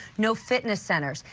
no fitness centers.